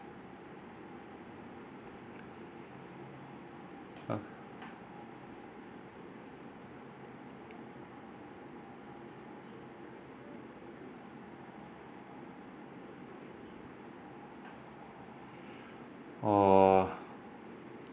uh orh